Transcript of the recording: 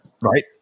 Right